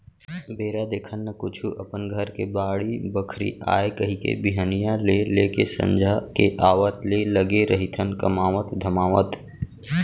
बेरा देखन न कुछु अपन घर के बाड़ी बखरी आय कहिके बिहनिया ले लेके संझा के आवत ले लगे रहिथन कमावत धमावत